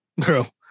girl